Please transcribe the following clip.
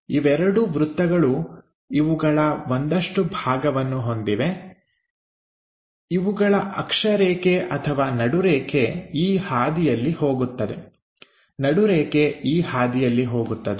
ಇವೆರಡೂ ವೃತ್ತಗಳು ಇವುಗಳ ಒಂದಷ್ಟು ಭಾಗವನ್ನು ಹೊಂದಿವೆ ಇವುಗಳ ಅಕ್ಷರೇಖೆ ಅಥವಾ ನಡುರೇಖೆ ಈ ಹಾದಿಯಲ್ಲಿ ಹೋಗುತ್ತವೆ ನಡುರೇಖೆ ಈ ಹಾದಿಯಲ್ಲಿ ಹೋಗುತ್ತವೆ